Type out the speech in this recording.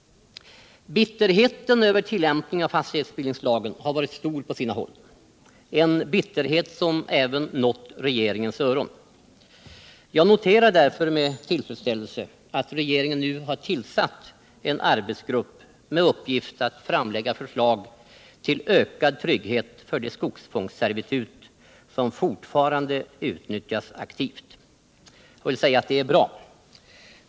Bitterheten över tillämpningen av fastighetsbildningstagen har varit stor på sina håll — en bitterhet som även nått regeringens öron. Jag noterar därför med tillfredsställelse att regeringen nu har tillsatt en arbetsgrupp med uppgift att framlägga förslag till ökad trygghet för de skogsfångsservitut som fortfarande utnyttjas, och jag vill säga att det är bra.